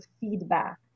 feedback